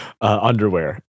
Underwear